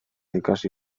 ikasi